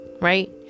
Right